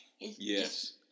Yes